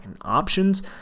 options